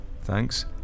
Thanks